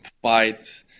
Fight